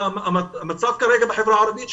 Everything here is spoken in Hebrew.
המצב כרגע בחברה הערבית,